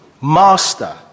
master